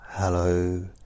Hello